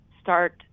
start